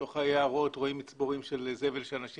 בתוך היערות רואים מצבורים של זבל שאנשים